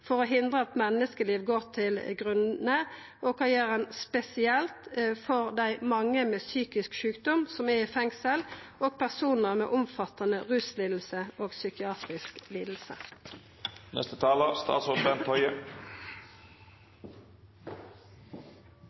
for å hindra at menneskeliv går til grunne, og kva gjer ein spesielt for dei mange med psykisk sjukdom som er i fengsel, og personar med omfattande ruslidingar og psykiatrisk